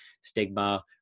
stigma